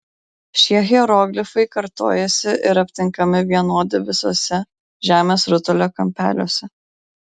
šie hieroglifai kartojasi ir aptinkami vienodi visuose žemės rutulio kampeliuose